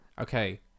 Okay